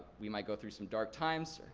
we might go through some dark times,